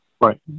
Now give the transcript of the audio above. Right